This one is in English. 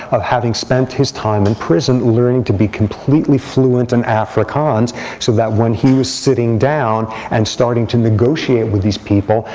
of having spent his time in prison learning to be completely fluent in afrikaans so that when he was sitting down and starting to negotiate with these people,